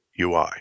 UI